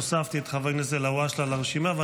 הוספתי את חבר הכנסת אלהואשלה לרשימה,